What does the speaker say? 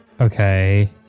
Okay